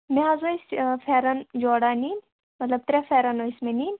مےٚ حظ ٲسۍ فٮ۪رن جوراہ نِنۍ مطلب ترٛےٚ فٮ۪رَن ٲسۍ مےٚ نِنۍ